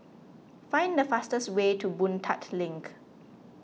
find the fastest way to Boon Tat Link